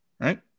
right